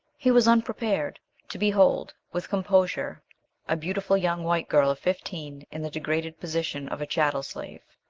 he was unprepared to behold with composure a beautiful young white girl of fifteen in the degraded position of a chattel slave.